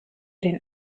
den